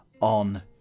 on